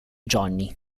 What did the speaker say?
johnny